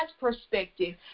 perspective